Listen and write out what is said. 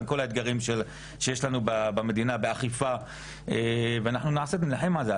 לכל המקרים שיש לנו במדינה ודורשים אכיפה ואנחנו נעשה ונילחם על זה.